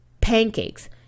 Pancakes